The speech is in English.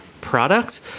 product